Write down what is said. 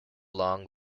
long